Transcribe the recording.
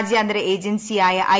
രാജ്യാന്തര ഏജൻസിയായ ഐ